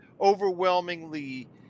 overwhelmingly